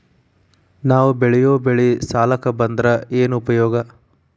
ನಾವ್ ಬೆಳೆಯೊ ಬೆಳಿ ಸಾಲಕ ಬಂದ್ರ ಏನ್ ಉಪಯೋಗ?